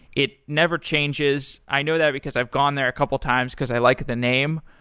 it never changes. i know that because i've gone there a couple of times because i like the name.